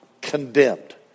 condemned